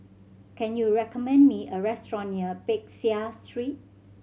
can you recommend me a restaurant near Peck Seah Street